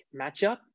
matchup